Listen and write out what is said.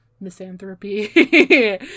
misanthropy